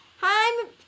Hi